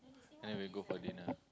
then we go for dinner